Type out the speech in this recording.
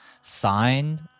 signed